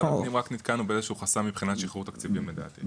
משרד הפנים רק נתקלנו בזה שהוא חסם מבחינת שחרור תקציבים לדעתי.